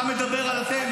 אתה מדבר על אתם?